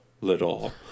little